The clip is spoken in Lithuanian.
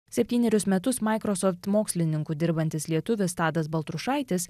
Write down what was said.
septynerius metus microsoft mokslininku dirbantis lietuvis tadas baltrušaitis